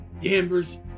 Danvers